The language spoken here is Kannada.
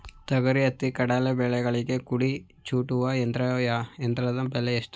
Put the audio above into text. ತೊಗರಿ, ಹತ್ತಿ, ಕಡಲೆ ಬೆಳೆಗಳಲ್ಲಿ ಕುಡಿ ಚೂಟುವ ಯಂತ್ರದ ಬೆಲೆ ಎಷ್ಟು?